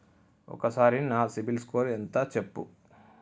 ఒక్కసారి నా సిబిల్ స్కోర్ ఎంత చెప్పు?